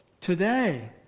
today